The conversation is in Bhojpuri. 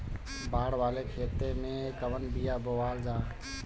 बाड़ वाले खेते मे कवन बिया बोआल जा?